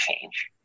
change